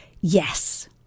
yes